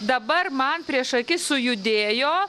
dabar man prieš akis sujudėjo